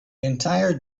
entire